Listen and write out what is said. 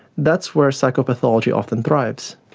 that's where psychopathology often thrives.